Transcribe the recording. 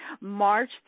March